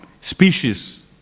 species